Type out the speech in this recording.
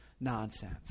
nonsense